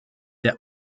der